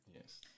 Yes